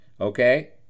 Okay